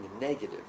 negative